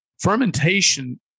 fermentation